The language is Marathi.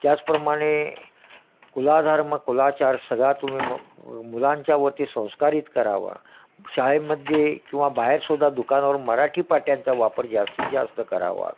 त्याचप्रमाणे कुलधर्म कुलाचार सगळा तुम्ही मुलांच्यावरती संस्कारित करावा शाळेमध्ये किंवा बाहेरसुद्धा दुकानावर मराठी पाट्यांचा वापर जास्तीत जास्त करावा